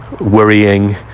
worrying